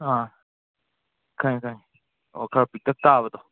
ꯑꯥ ꯈꯪꯉꯦ ꯈꯪꯉꯦ ꯑꯣ ꯈꯔ ꯄꯤꯛꯇꯛ ꯇꯥꯕꯗꯣ